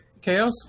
Chaos